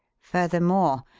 furthermore,